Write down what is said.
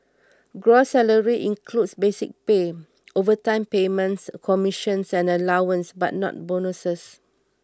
gross salary includes basic pay overtime payments commissions and allowances but not bonuses